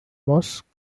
mosques